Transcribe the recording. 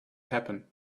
happen